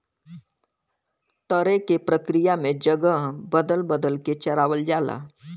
तरे के प्रक्रिया में जगह बदल बदल के चरावल जाला